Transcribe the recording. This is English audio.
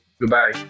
goodbye